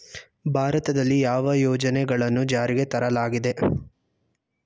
ಭಾರತದಲ್ಲಿ ಯಾವ ಯೋಜನೆಗಳನ್ನು ಜಾರಿಗೆ ತರಲಾಗಿದೆ?